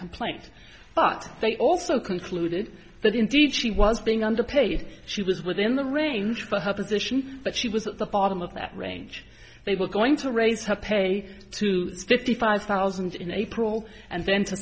complaint but they also concluded that indeed she was being underpaid she was within the range for her position but she was at the bottom of that range they were going to raise her pay to gifty five thousand in april and then to